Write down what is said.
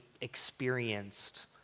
experienced